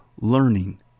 learning